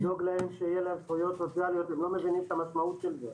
לדאוג שיהיו להם זכויות סוציאליות כי הם לא מבינים את המשמעות של זה.